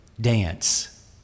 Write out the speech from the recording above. dance